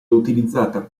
utilizzata